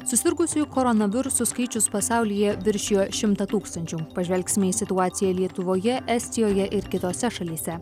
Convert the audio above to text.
susirgusiųjų koronavirusu skaičius pasaulyje viršijo šimtą tūkstančių pažvelgsime į situaciją lietuvoje estijoje ir kitose šalyse